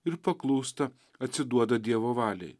ir paklūsta atsiduoda dievo valiai